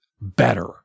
better